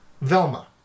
Velma